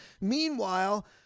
Meanwhile